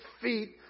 feet